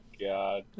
god